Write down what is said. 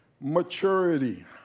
maturity